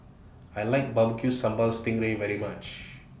I like Barbecue Sambal Sting Ray very much